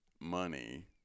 money